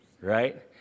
Right